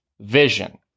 vision